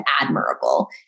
admirable